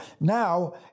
now